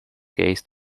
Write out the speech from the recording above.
gaze